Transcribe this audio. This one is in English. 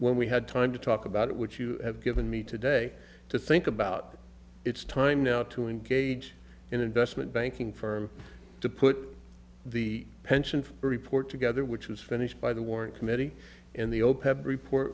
when we had time to talk about it which you have given me today to think about it's time now to engage in investment banking firm to put the pension report together which was finished by the warren committee in the opec report